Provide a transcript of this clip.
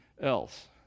else